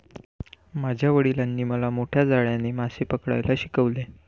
माझ्या वडिलांनी मला मोठ्या जाळ्याने मासे पकडायला शिकवले